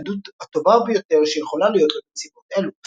הילדות הטובה ביותר שיכולה להיות לו בנסיבות אלו.